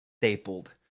stapled